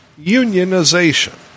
unionization